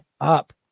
up